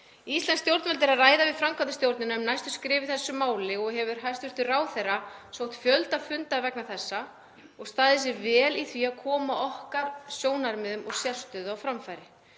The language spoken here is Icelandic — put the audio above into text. Íslensk stjórnvöld eru að ræða við framkvæmdastjórnina um næstu skref í þessu máli og hefur hæstv. ráðherra sótt fjölda funda vegna þessa og staðið sig vel í því að koma okkar sjónarmiðum og sérstöðu á framfæri.